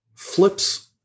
flips